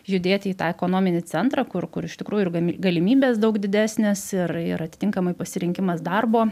judėti į tą ekonominį centrą kur kur iš tikrųjų ir gami galimybės daug didesnės ir ir atitinkamai pasirinkimas darbo